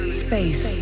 space